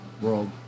world